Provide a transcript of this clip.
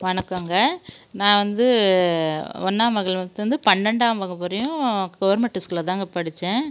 வணக்கங்க நான் வந்து ஒன்றாம் வகுத்துலேருந்து பன்னெண்டாம் வகுப்பு வரையும் கவர்மெண்ட்டு ஸ்கூலில் தாங்க படித்தேன்